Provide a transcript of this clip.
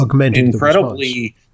incredibly –